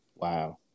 Wow